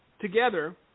together